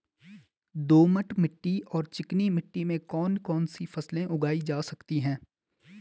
दोमट मिट्टी और चिकनी मिट्टी में कौन कौन सी फसलें उगाई जा सकती हैं?